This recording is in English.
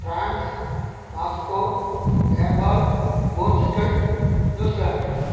France Mexico Nepal Portugal New Zealand